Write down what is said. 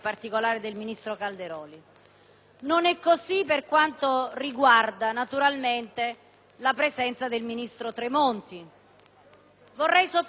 non è così per quanto riguarda naturalmente la presenza del ministro Tremonti. Vorrei sottolinearlo questo punto.